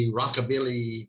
rockabilly